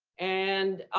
and